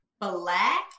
black